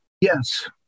Yes